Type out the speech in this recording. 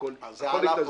הכול יתאזן.